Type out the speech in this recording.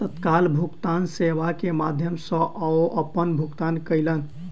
तत्काल भुगतान सेवा के माध्यम सॅ ओ अपन भुगतान कयलैन